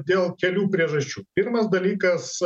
dėl kelių priežasčių pirmas dalykas